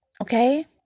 Okay